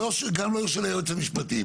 גם לא של היועץ המשפטי,